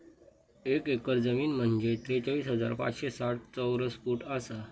एक एकर जमीन म्हंजे त्रेचाळीस हजार पाचशे साठ चौरस फूट आसा